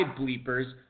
bleepers